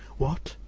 what!